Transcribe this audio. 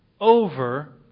over